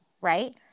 right